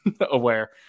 aware